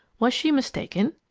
was she mistaken?